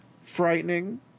frightening